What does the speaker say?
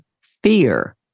FEAR